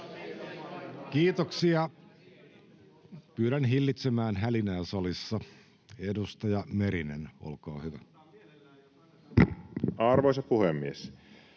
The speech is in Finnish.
Kiitoksia. — Pyydän hillitsemään hälinää salissa. — Edustaja Merinen, olkaa hyvä. [Speech